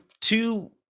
two